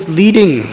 leading